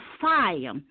fire